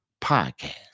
podcast